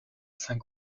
saint